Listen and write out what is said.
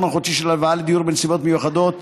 החודשי של הלוואה לדיור בנסיבות מיוחדות),